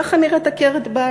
ככה נראית עקרת-בית.